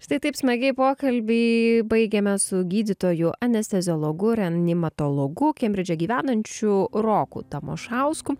štai taip smagiai pokalbį baigiame su gydytoju anesteziologu reanimatologu kembridže gyvenančiu roku tamašausku